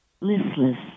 listless